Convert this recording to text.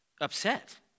upset